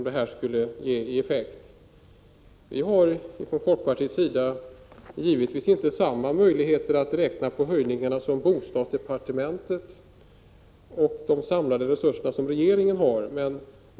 Vi har givetvis inte inom folkpartiet samma möjligheter att räkna på höjningar som bostadsdepartementet och regeringen har, med de samlade resurser som där står till förfogande.